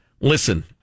Listen